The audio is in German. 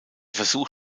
versuch